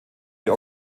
die